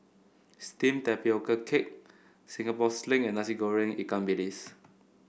steamed Tapioca Cake Singapore Sling and Nasi Goreng Ikan Bilis